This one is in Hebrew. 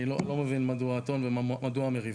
אני לא מבין מדוע הטון ומדוע המריבה.